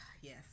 yes